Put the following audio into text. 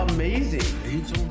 Amazing